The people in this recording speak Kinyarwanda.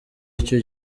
icyo